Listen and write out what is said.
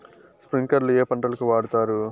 స్ప్రింక్లర్లు ఏ పంటలకు వాడుతారు?